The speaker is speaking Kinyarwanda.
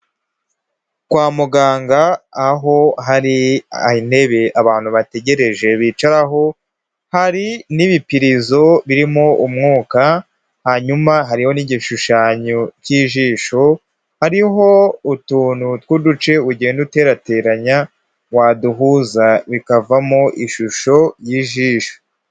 Kwa muganga aho hari intebe abantu bategereje bicaraho, hari n'ibipirizo birimo umwuka, hanyuma hariho n'igishushanyo cy'ijisho, hariho utuntu tw'uduce ugenda uterateranya waduhuza bikavamo ishusho y'ijisho.